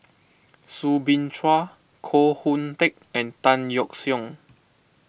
Soo Bin Chua Koh Hoon Teck and Tan Yeok Seong